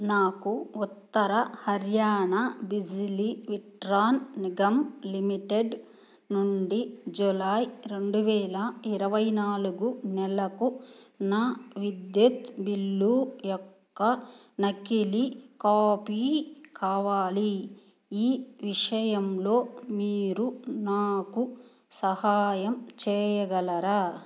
నాకు ఉత్తర హర్యానా బిజిలీ విట్రాన్ నిగమ్ లిమిటెడ్ నుండి జులై రెండు వేల ఇరవై నాలుగు నెలకు నా విద్యుత్ బిల్లు యొక్క నకిలీ కాపీ కావాలి ఈ విషయంలో మీరు నాకు సహాయం చేయగలరా